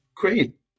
Great